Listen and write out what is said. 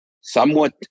somewhat